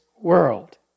world